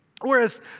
Whereas